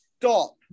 stop